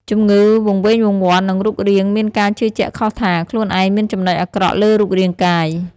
ជំងឺវង្វេងវង្វាន់នឹងរូបរាងមានការជឿជាក់ខុសថា ខ្លួនឯងមានចំណុចអាក្រក់លើរូបរាងកាយ។